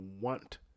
want